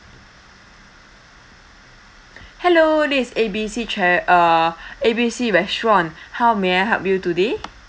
hello this is A B C chair~ uh A B C restaurant how may I help you today